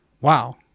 Wow